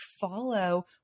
follow